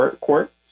Court